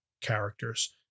characters